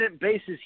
basis